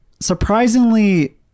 surprisingly